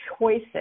choices